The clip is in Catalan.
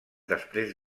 després